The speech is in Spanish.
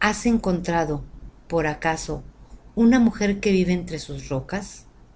has encontrado por acaso una mujer que vive entre sus rocas